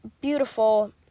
beautiful